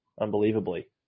unbelievably